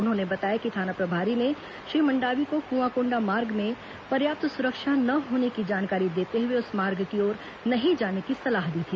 उन्होंने बताया कि थाना प्रभारी ने श्री मंडावी को कुआंकोंडा मार्ग में पर्याप्त सुरक्षा न होने की जानकारी देते हुए उस मार्ग की ओर नहीं जाने की सलाह दी थी